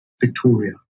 Victoria